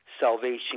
Salvation